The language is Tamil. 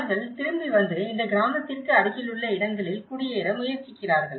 அவர்கள் திரும்பி வந்து இந்த கிராமத்திற்கு அருகிலுள்ள இடங்களில் குடியேற முயற்சிக்கிறார்கள்